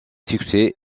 succès